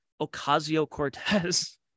Ocasio-Cortez